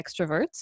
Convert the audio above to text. extroverts